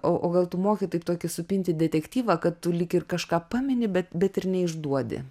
o o gal tu moki taip tokį supinti detektyvą kad tu lyg ir kažką pameni bet bet ir neišduodi